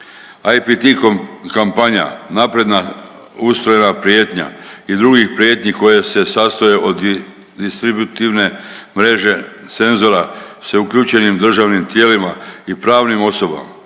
IPT kampanja napredna ustrojena prijetnja i drugih prijetnji koje se sastoje od distributivne mreže senzora sa uključenim državnim tijelima i pravnim osobama.